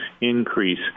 increase